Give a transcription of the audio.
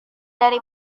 dari